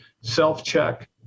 self-check